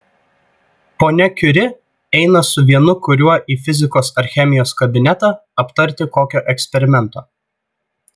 ponia kiuri eina su vienu kuriuo į fizikos ar chemijos kabinetą aptarti kokio eksperimento